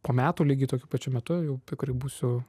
po metų lygiai tokiu pačiu metu jau